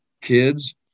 kids